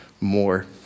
more